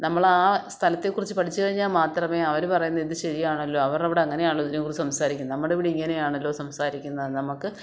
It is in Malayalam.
നമ്മൾ ആ സ്ഥലത്തെ കുറിച്ച് പഠിച്ചു കഴിഞ്ഞാൽ മാത്രമേ അവർ പറയുന്നതും ശരിയാണെല്ലോ അവരുടെ അവിടെ അങ്ങനെ ആണല്ലോ സംസാരിക്കുന്ന നമ്മുടെ ഇവിടെ ഇങ്ങനയാണല്ലോ സംസാരിക്കുന്നതെന്ന് നമുക്ക്